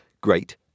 Great